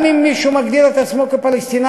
גם אם מישהו מגדיר את עצמו כפלסטיני,